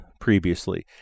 previously